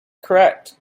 correct